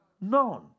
None